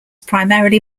primarily